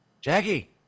Jackie